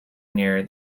near